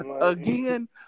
again